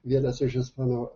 vienas iš ispanų